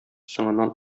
соңыннан